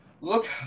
look